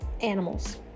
animals